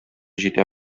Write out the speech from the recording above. җитә